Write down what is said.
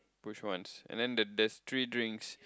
push once and then there's three drinks